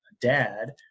dad